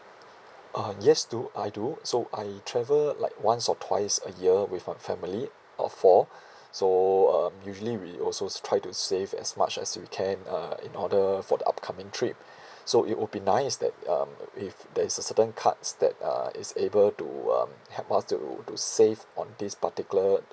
uh yes do I do so I travel like once or twice a year with a family of four so um usually we also try to save as much as we can uh in order for the upcoming trip so it would be nice that um if there's a certain cards that uh is able to um help us to to save on this particular